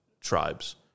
tribes